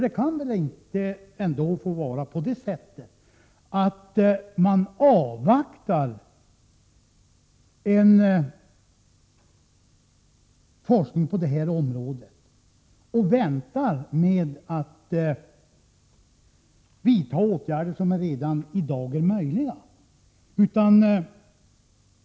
Man bör väl ändå inte avvakta en forskning på det här området och vänta med att vidta åtgärder som är möjliga att vidta redan i dag.